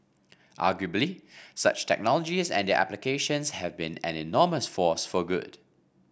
arguably such technologies and their applications have been an enormous force for good